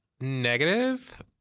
negative